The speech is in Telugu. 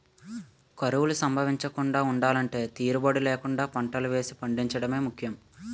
కరువులు సంభవించకుండా ఉండలంటే తీరుబడీ లేకుండా పంటలు వేసి పండించడమే ముఖ్యం